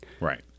Right